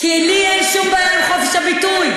כי לי אין שום בעיה עם חופש הביטוי.